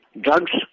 Drugs